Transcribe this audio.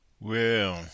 Well